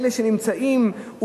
לפי אלה שנמצאים,